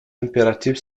impératif